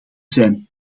zijn